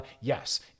Yes